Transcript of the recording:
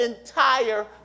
entire